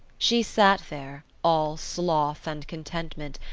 she sat there, all sloth and contentment,